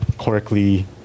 correctly